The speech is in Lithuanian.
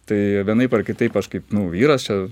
tai vienaip ar kitaip aš kaip vyras čia